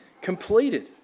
completed